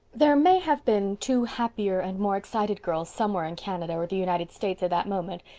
there may have been two happier and more excited girls somewhere in canada or the united states at that moment,